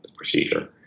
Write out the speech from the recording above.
procedure